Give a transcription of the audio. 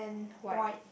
white